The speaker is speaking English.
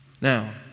Now